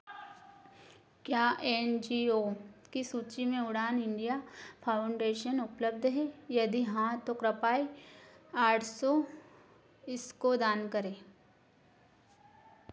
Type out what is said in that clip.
क्या N G O की सूची में उड़ान इंडिया फाउंडेशन उपलब्ध है यदि हाँ तो कृपया आठ सौ इसको दान करें